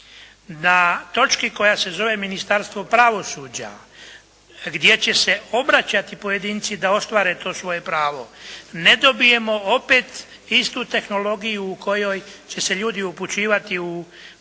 na točki koja se zove Ministarstvo pravosuđa gdje će se obraćati pojedinci da ostvare to svoje pravo, ne dobijemo opet istu tehnologiju u kojoj će se ljudi upućivati u sudski